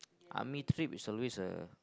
army trip is always a